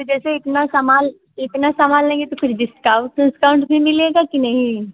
कि जैसे इतना सामान इतना सामान लेंगे तो कुछ डिस्काउंट उस्काउंट भी मिलेगा कि नहीं